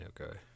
Okay